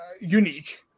unique